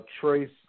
Trace